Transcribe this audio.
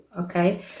Okay